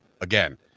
again